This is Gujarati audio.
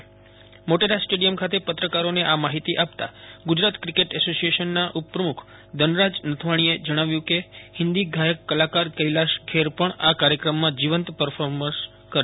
આજે મોટેરા સ્ટેડિયમ ખાતે પત્રકારોને આ માહિતી આપતા ગુજરાત ક્રિકેટ એસોસિયેશન ના ઉપપ્રમુખ ધનરાજ નથવાણીએ જણાવ્યું કે હિન્દી ગાયક કલાકાર કૈલાશ ખેર પણ આ કાર્યક્રમમાં જીવંત પરફોર્મન્સ કરશે